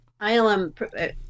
ILM